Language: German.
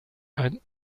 ein